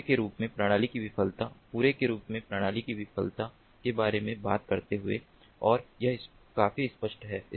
पूरे के रूप में प्रणाली की विफलता पूरे के रूप में प्रणाली की विफलता के बारे में बात करते हुए और यह काफी स्पष्ट है